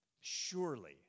Surely